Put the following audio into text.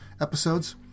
episodes